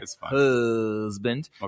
husband